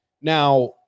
Now